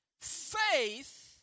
faith